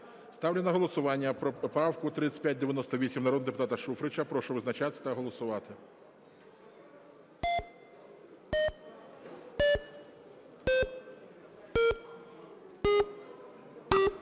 Ставлю на голосування правку 3598 народного депутата Шуфрича. Прошу визначатись та голосувати.